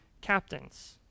captains